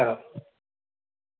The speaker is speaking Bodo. औ